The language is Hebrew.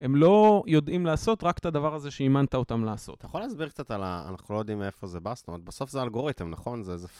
הם לא יודעים לעשות רק את הדבר הזה שאימנת אותם לעשות. אתה יכול להסביר קצת על ה... אנחנו לא יודעים מאיפה זה בא, זאת אומרת, בסוף זה אלגוריתם, נכון? זה איזה...